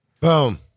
Boom